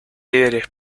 líderes